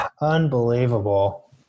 Unbelievable